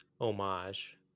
homage